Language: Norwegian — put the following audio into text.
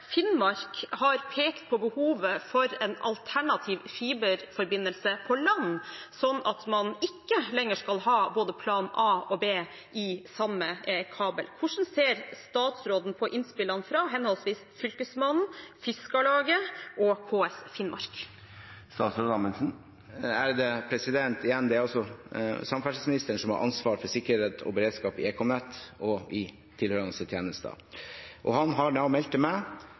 Finnmark har pekt på behovet for en alternativ fiberforbindelse på land, slik at man ikke lenger skal ha både plan A og plan B i samme kabel. Hvordan ser statsråden på innspillene fra henholdsvis Fylkesmannen, Fiskarlaget og KS Finnmark? Igjen: Det er altså samferdselsministeren som har ansvaret for sikkerhet og beredskap i ekomnett og i tilhørende tjenester, og han har meldt til meg